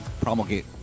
promulgate